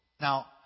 Now